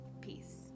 peace